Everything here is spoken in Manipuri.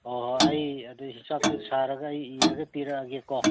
ꯍꯣ ꯍꯣ ꯑꯩ ꯑꯗꯨꯏ ꯍꯤꯟꯁꯥꯞꯇꯣ ꯁꯥꯔꯒ ꯑꯩ ꯏꯔꯒ ꯄꯤꯔꯛꯑꯒꯦꯀꯣ